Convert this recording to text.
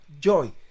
joy